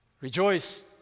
Rejoice